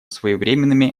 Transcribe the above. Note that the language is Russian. своевременными